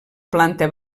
planta